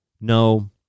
No